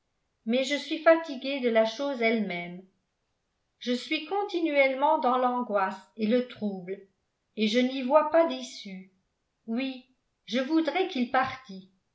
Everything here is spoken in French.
reposer mais je suis fatiguée de la chose elle-même je suis continuellement dans l'angoisse et le trouble et je n'y vois pas d'issue oui je voudrais qu'il partît